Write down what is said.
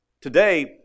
Today